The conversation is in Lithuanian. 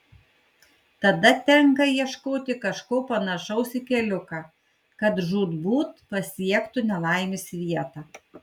tada tenka ieškoti kažko panašaus į keliuką kad žūtbūt pasiektų nelaimės vietą